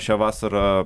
šią vasarą